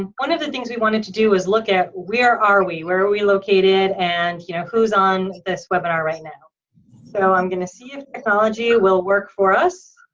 um one of the things we wanted to do is look at where are we. where are we located and you know who's on this webinar right now? so i'm gonna see if technology will work for us,